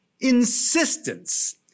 insistence